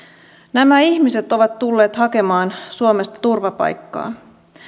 nämä ihmiset ovat tulleet hakemaan suomesta turvapaikkaa